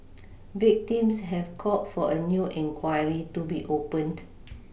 victims have called for a new inquiry to be opened